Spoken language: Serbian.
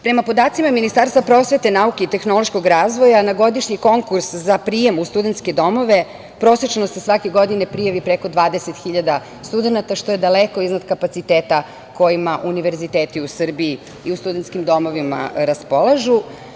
Prema podacima Ministarstva prosvete, nauke i tehnološkog razvoja, na godišnji konkurs za prijem u studentske domove prosečno se svake godine prijavi preko 20.000 studenata, što je daleko iznad kapaciteta kojima univerziteti u Srbiji i u studentskim domovima raspolažu.